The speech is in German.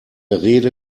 rede